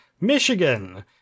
Michigan